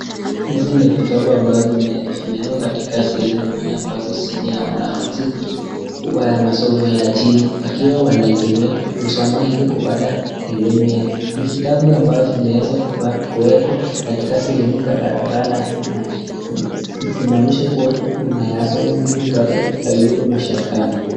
Hizi ni vitabu ambazo zimewekwa katika sehemu moja ambazo ni ya wanafunzi wa masomo ya jini wakiwa wanaitumia kuisoma ili kupata elimu yao. Ni vitabu ambazo zimeweza kuwekwa katika sehemu kadhaa kadhaa na zinaonyeshwa kuwa unayasoma ili upate Ayubu Mashakani.